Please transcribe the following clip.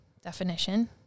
definition